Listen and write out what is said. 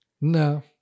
No